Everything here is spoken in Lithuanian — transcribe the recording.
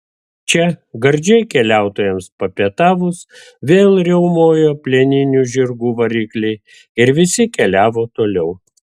čia gardžiai keliautojams papietavus vėl riaumojo plieninių žirgų varikliai ir visi keliavo toliau